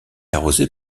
arrosée